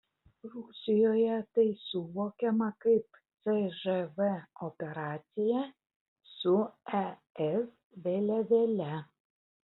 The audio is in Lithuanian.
rusijoje tai suvokiama kaip cžv operacija su es vėliavėle